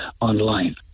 online